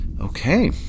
Okay